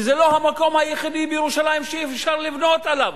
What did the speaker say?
וזה לא המקום היחידי בירושלים שאפשר לבנות עליו.